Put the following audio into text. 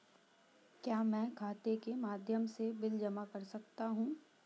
क्या मैं खाता के माध्यम से बिल जमा कर सकता हूँ?